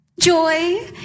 Joy